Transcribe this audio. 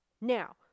Now